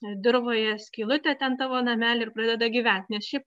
dirvoje skylutę ten tavo namelį ir pradeda gyvent nes šiaip